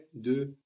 de